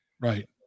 Right